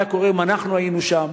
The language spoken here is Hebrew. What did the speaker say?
מה היה קורה אם אנחנו היינו שם?